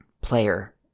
player